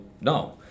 no